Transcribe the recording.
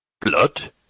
Blood